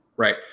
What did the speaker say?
Right